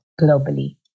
globally